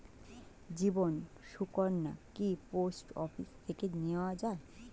জীবন সুকন্যা কি পোস্ট অফিস থেকে নেওয়া যায়?